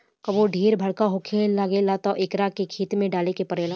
कबो ढेर बरखा होखे लागेला तब एकरा के खेत में डाले के पड़ेला